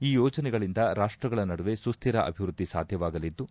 ಈ ಯೋಜನೆಗಳಿಂದ ರಾಷ್ಟಗಳ ನಡುವೆ ಸುಕ್ಕಿರ ಅಭಿವೃದ್ಧಿ ಸಾಧ್ಯವಾಗಲಿದ್ದು